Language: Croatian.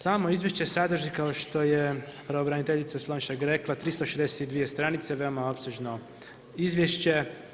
Samo izvješće sadrži kao što je pravobraniteljica Slonjšak rekla 362 stranice veoma opsežno izvješće.